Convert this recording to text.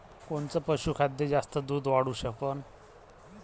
कोनचं पशुखाद्य जास्त दुध वाढवू शकन?